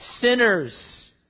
sinners